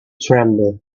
tremble